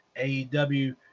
AEW